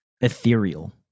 ethereal